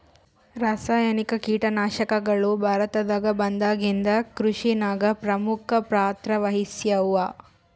ರಾಸಾಯನಿಕ ಕೀಟನಾಶಕಗಳು ಭಾರತದಾಗ ಬಂದಾಗಿಂದ ಕೃಷಿನಾಗ ಪ್ರಮುಖ ಪಾತ್ರ ವಹಿಸ್ಯಾವ